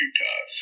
Utah